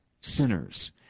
sinners